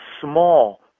small